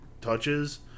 touches